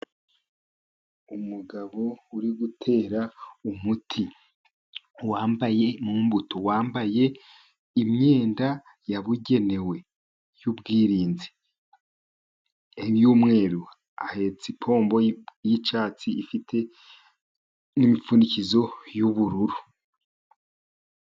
Umugabo uri gutera umuti mu mbuto, wambaye wambaye imyenda yabugenewe y'ubwirinzi, y'umweru. Ahetse ipombo y'icyatsi, ifite n'imipfundikizo y'ubururu.